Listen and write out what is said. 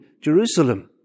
Jerusalem